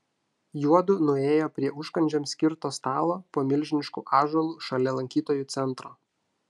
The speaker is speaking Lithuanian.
juodu nuėjo prie užkandžiams skirto stalo po milžinišku ąžuolu šalia lankytojų centro